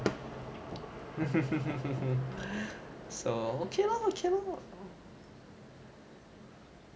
so okay lor okay lor